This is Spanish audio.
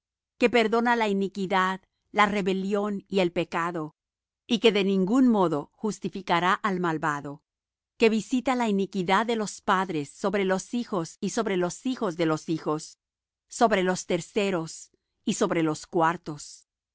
que perdona la iniquidad la rebelión y el pecado y que de ningún modo justificará al malvado que visita la iniquidad de los padres sobre los hijos y sobre los hijos de los hijos sobre los terceros y sobre los cuartos